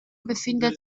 befindet